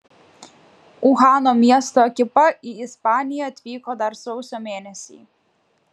uhano miesto ekipa į ispaniją atvyko dar sausio mėnesį